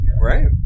Right